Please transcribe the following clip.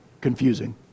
confusing